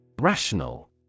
Rational